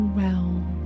realm